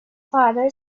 father